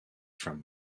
from